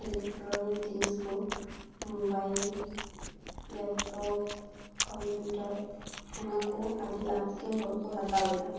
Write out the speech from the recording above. electronic ᱡᱤᱱᱤᱥ ᱠᱚ mobile laptop computer ᱚᱱᱟ ᱠᱚ ᱟᱹᱰᱤ ᱟᱸᱴ ᱜᱮ ᱦᱚᱲ ᱠᱚ ᱦᱟᱛᱟᱣ ᱮᱫᱼᱟ